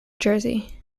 jersey